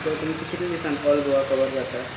so तुमचे कित्ले दिसान ऑल्ड गोवा कवर जाता